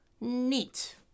Neat